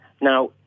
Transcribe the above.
Now